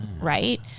right